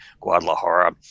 Guadalajara